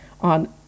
on